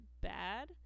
bad